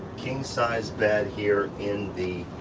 king size bed here in the